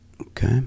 Okay